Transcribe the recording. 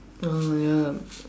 oh ya